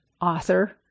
author